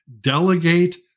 Delegate